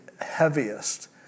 heaviest